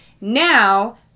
now